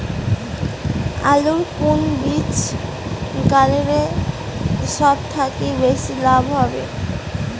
আলুর কুন বীজ গারিলে সব থাকি বেশি লাভ হবে?